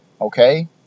Okay